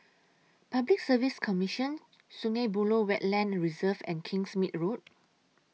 Public Service Commission Sungei Buloh Wetland Reserve and Kingsmead Road